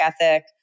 ethic